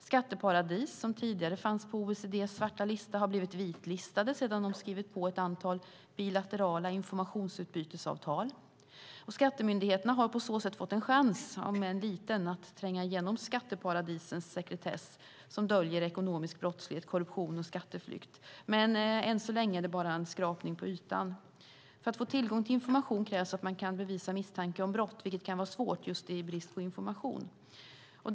Skatteparadis som tidigare fanns på OECD:s svarta lista har blivit vitlistade sedan de skrivit på ett antal bilaterala informationsutbytesavtal. Skattemyndigheterna har på så sätt fått en chans, om än liten, att tränga igenom skatteparadisens sekretess som döljer ekonomisk brottslighet, korruption och skatteflykt. Men än så länge är det bara en skrapning på ytan. För att få tillgång till information krävs att man kan bevisa misstanke om brott, vilket kan vara svårt just i brist på information.